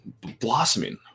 blossoming